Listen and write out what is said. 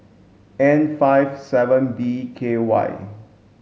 N five seven B K Y